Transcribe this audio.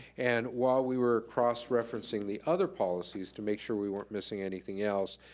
and while we were cross-referencing the other policies to make sure we weren't missing anything else,